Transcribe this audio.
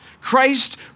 Christ